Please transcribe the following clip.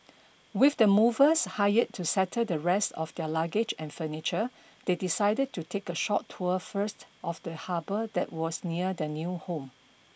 with the movers hired to settle the rest of their luggage and furniture they decided to take a short tour first of the harbor that was near their new home